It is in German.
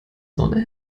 sonne